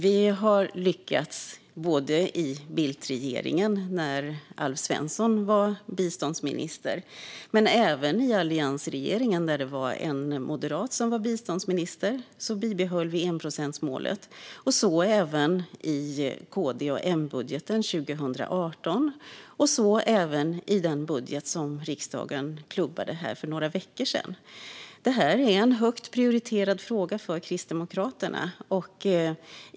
Vi lyckades inte bara i Bildtregeringen, när Alf Svensson var biståndsminister, utan även i alliansregeringen när det var en moderat som var biståndsminister. Vi bibehöll enprocentsmålet då, och det gjorde vi även i KD-M-budgeten 2018 - liksom i den budget som riksdagen klubbade för några veckor sedan. Detta är en högt prioriterad fråga för Kristdemokraterna.